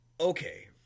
okay